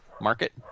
market